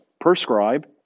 prescribe